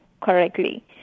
correctly